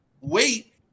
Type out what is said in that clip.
wait